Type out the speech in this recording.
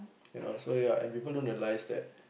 you know so ya and people don't realise that